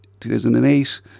2008